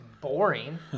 boring